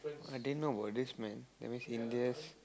I didn't know about this man that means India's